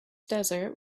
desert